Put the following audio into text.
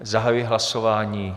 Zahajuji hlasování.